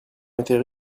étaient